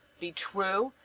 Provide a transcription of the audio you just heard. be true,